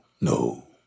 no